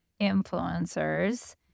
influencers